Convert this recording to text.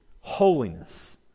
holiness